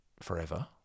forever